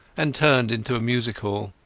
and turned into a music-hall.